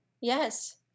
Yes